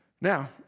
Now